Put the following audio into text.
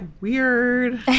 weird